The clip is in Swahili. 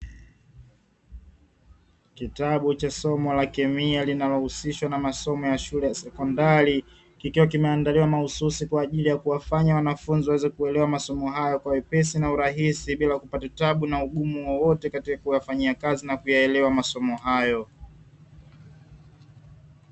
Kitabu cha somo la kemia linalohusishwa na masomo ya shule ya sekondari. Kikiwa kimeandaliwa mahususi kwa ajili ya kuwafanya wanafunzi waweze kuelewa masomo hayo kwa wepesi na urahisi bila kupata tabu na ugumu wowote katika kuyafanyia kazi na kuyaelewa masomo hayo.